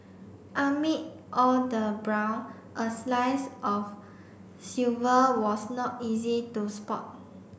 amid all the brown a slice of silver was not easy to spot